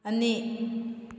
ꯑꯅꯤ